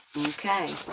Okay